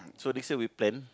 so this year we plan